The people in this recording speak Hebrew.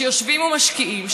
שיושבים ומשקיעים,